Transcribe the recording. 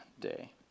day